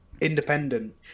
independent